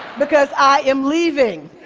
because i am leaving.